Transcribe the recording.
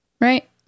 Right